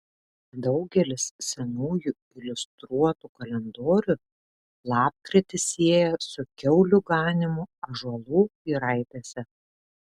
daugelis senųjų iliustruotų kalendorių lapkritį sieja su kiaulių ganymu ąžuolų giraitėse